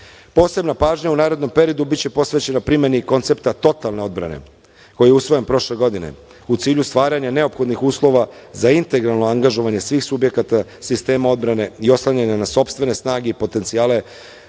pažnja u narednom periodu biće posvećena primeni koncepta „totalne odbrane“ koji je usvojen prošle godine u cilju stvaranja neophodnih uslova za integralno angažovanje svih subjekata sistema odbrane i oslanjanja na sopstvene snage i potencijale,